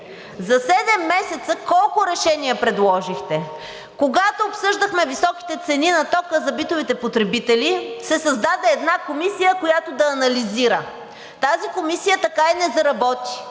За седем месеца колко решения предложихте? Когато обсъждахме високите цени на тока за битовите потребители, се създаде една комисия, която да анализира. Тази комисия така и не заработи.